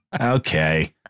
okay